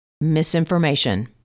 misinformation